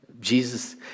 Jesus